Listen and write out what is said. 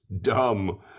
dumb